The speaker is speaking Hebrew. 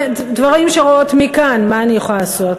דברים שרואות מכאן, מה אני יכולה לעשות.